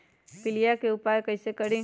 पीलिया के उपाय कई से करी?